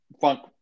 funk